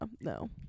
no